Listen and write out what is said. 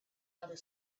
outer